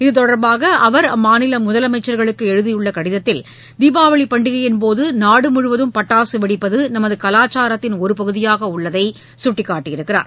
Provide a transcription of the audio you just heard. இத்தொடர்பாக அவர் அம்மாநில முதலமைச்சர்களுக்கு எழுதியுள்ள கடிதத்தில் தீபாவளி பண்டிகையின் போது நாடு முழுவதும் பட்டாசு வெடிப்பது நமது கலாச்சாரத்தின் ஒரு பகுதியாக உள்ளதை சுட்டிக்காட்டியுள்ளார்